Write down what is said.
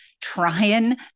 trying